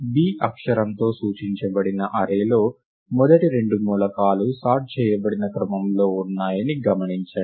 b అక్షరంతో సూచించబడిన array లో మొదటి రెండు మూలకాలు సార్ట్ చేయబడిన క్రమంలో ఉన్నాయని గమనించండి